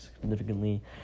significantly